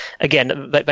Again